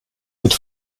mit